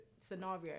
scenario